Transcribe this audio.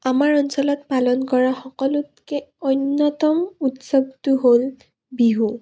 আমাৰ অঞ্চলত পালন কৰা সকলোতকৈ অন্যতম উৎসৱটো হ'ল বিহু